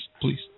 please